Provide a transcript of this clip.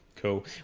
Cool